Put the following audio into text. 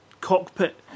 cockpit